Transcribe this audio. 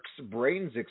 brains